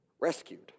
rescued